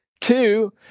Two